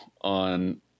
on